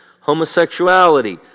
homosexuality